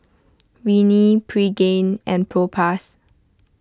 Rene Pregain and Propass